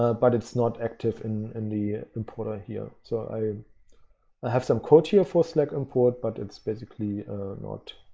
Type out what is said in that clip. ah but it's not active in in the importer here. so i i have some quotes here for slack import, but it's basically not